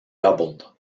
doubled